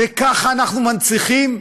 וככה אנחנו מנציחים,